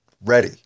ready